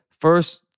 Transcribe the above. first